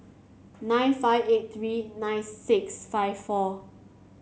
nine five eight three nine six five four